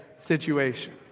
situation